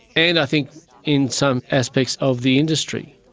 and i think in some aspects of the industry.